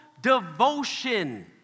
devotion